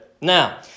Now